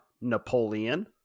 Napoleon